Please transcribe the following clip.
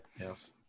Yes